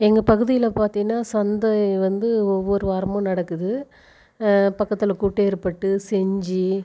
எங்கள் பகுதியில் பார்த்தீன்னா சந்தை வந்து ஒவ்வொரு வாரமும் நடக்குது பக்கத்தில் கோட்டெரி பட்டு செஞ்சு